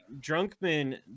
drunkman